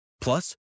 Plus